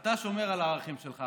אתה שומר על הערכים שלך.